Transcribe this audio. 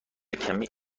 کمی